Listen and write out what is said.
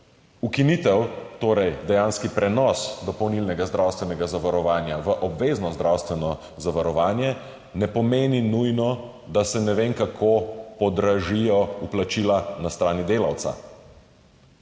Ukinitev, torej dejanski prenos dopolnilnega zdravstvenega zavarovanja v obvezno zdravstveno zavarovanje, ne pomeni nujno, da se ne vem kako podražijo vplačila na strani delavca.